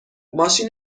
ماشین